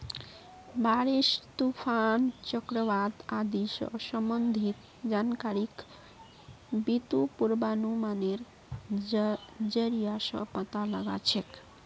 बारिश, तूफान, चक्रवात आदि स संबंधित जानकारिक बितु पूर्वानुमानेर जरिया स पता लगा छेक